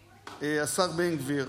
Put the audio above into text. השר בן גביר,